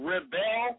Rebel